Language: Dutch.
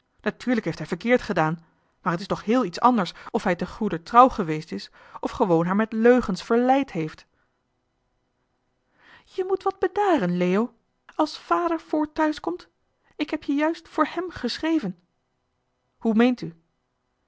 natuurlijk heeft hij verkeerd gedaan maar het is toch heel iets anders of hij te goeder trouw geweest is of gewoon haar met leugens verleid heeft jij moet wat bedaren leo als vader voort thuis komt ik heb je juist voor hem geschreven hoe meent u